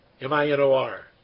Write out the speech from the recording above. M-I-N-O-R